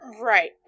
Right